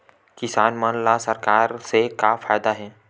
किसान मन ला सरकार से का फ़ायदा हे?